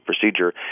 procedure